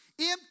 Empty